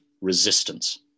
resistance